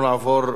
אנחנו נעבור,